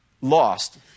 Lost